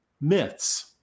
myths